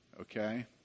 Okay